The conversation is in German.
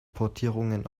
portierungen